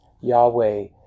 Yahweh